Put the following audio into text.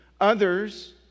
others